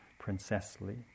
princessly